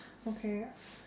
okay